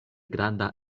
granda